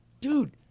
Dude